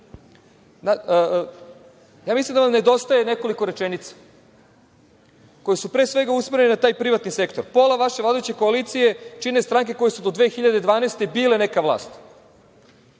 ja mislim da vam nedostaje nekoliko rečenica koje su pre svega usmerene na taj privatni sektor. Pola vaše vladajuće koalicije čine stranke koje su do 2012. godine bile neka vlast.